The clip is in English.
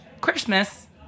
Christmas